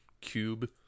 cube